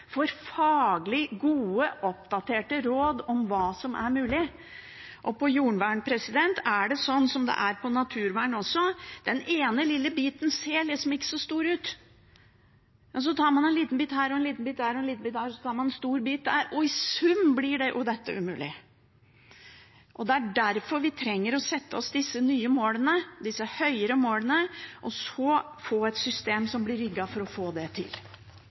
faglig gode og oppdaterte råd om hva som er mulig. På jordvern er det sånn som det er på naturvern også: Den ene lille biten ser ikke så stor ut, men så tar man en liten bit her og en liten bit der og en stor bit der, og i sum blir dette umulig. Det er derfor vi trenger å sette oss disse nye målene, disse høyere målene, og så få et system som blir rigget for å få det til.